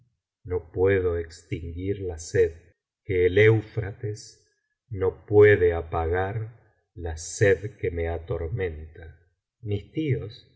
no puedo extinguir la sed que el eufrates no puede apagar la sed que me atormenta mis